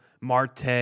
Marte